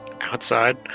outside